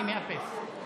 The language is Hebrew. אני מאפס.